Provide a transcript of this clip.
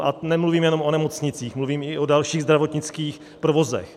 A nemluvím jenom o nemocnicích, mluvím i o dalších zdravotnických provozech.